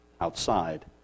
outside